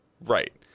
Right